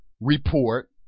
report